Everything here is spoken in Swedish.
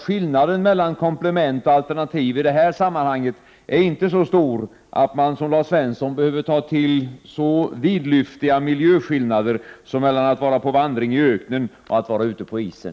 Skillnaden mellan komplement och alternativ är inte så stor i det här sammanhanget att man, som Lars Svensson gör, behöver ta till så vidlyftiga miljöskillnader som skillnaden mellan att vara på vandring i öknen och att vara ute på isen.